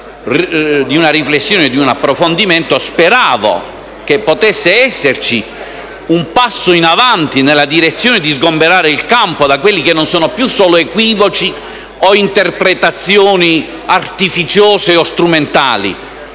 di una riflessione e di un approfondimento, speravo che potesse esserci un passo in avanti nella direzione di sgombrare il campo da quelli che non sono più solo equivoci o interpretazioni artificiose o strumentali